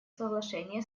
соглашения